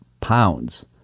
pounds